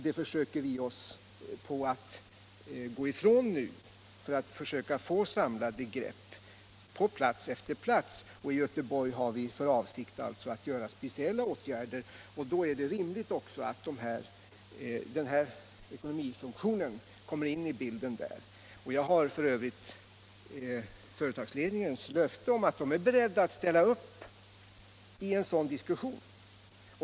Det försöker vi gå ifrån för att få samlade grepp på plats efter plats. I Göteborg har vi alltså för avsikt att vidta speciella åtgärder. Då är det också rimligt att den ekonomifunktion vi nu diskuterar kommer in i bilden där. Jag har för övrigt företagsledningens löfte om att den ställer upp vid en sådan diskussion.